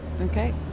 Okay